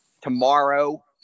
tomorrow